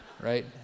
Right